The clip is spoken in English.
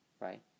right